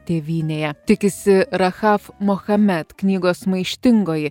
tėvynėje tikisi rachaf mochamed knygos maištingoji